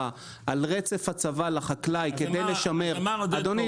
על רצף הצבה לחקלאי כדי לשמר --- אז אמר עודד פורר,